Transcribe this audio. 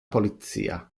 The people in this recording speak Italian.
polizia